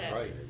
right